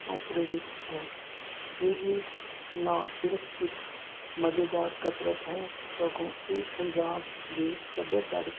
ਤੋਂ ਪ੍ਰੇਰਿਤ ਹੈ ਇਹ ਨਾ ਸਿਰਫ਼ ਇੱਕ ਮਜ਼ੇਦਾਰ ਕਸਰਤ ਹੈ ਸਗੋਂ ਇਹ ਪੰਜਾਬ ਦੇ ਸੱਭਿਆਚਾਰ